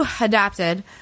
adapted